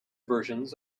versions